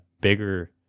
bigger